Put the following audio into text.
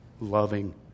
loving